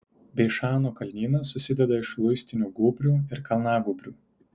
beišano kalnynas susideda iš luistinių gūbrių ir kalnagūbrių